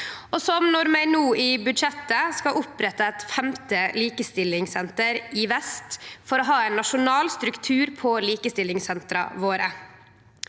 at vi no i budsjettet skal opprette eit femte likestillingssenter i vest, for å ha ein nasjonal struktur på likestillingssentera våre.